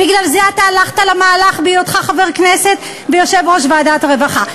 בגלל זה אתה הלכת למהלך בהיותך חבר כנסת ויושב-ראש ועדת הרווחה.